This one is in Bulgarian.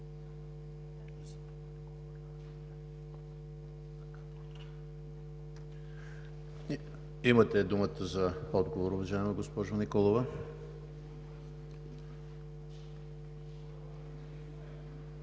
Имате думата за отговор, уважаема госпожо Николова.